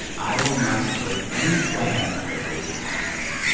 i will not support any plan that raises taxes.